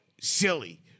silly